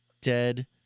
dead